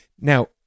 Now